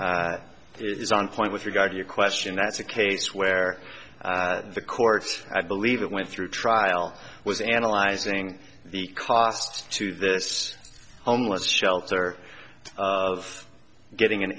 is on point with regard to a question that's a case where the courts i believe it went through trial was analyzing the cost to this homeless shelter of getting an